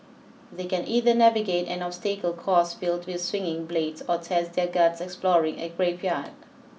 they can either navigate an obstacle course filled with swinging blades or test their guts exploring a graveyard